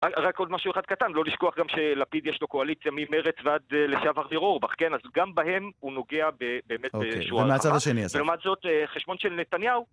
רק עוד משהו אחד קטן, לא לשכוח גם שלפיד יש לו קואליציה ממרצ ועד לסיעת מר ניר אורבך, כן, אז גם בהם הוא נוגע באמת באיזשהוא הערכה. ולעומת זאת, חשבון של נתניהו